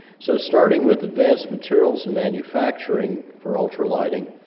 so starting with advanced materials manufacturing for ultra lighting,